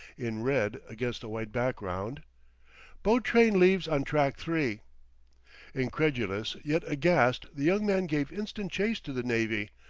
in red against a white background boat-train leaves on track three incredulous yet aghast the young man gave instant chase to the navvy,